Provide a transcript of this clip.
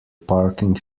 parking